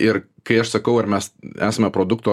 ir kai aš sakau ar mes esame produkto